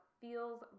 feels